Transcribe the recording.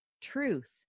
truth